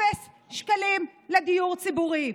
אפס שקלים לדיור ציבורי.